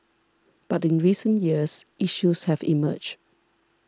but in recent years issues have emerged